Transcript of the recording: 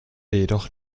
jedoch